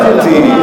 אני לא הבנתי.